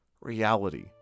reality